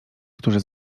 którzy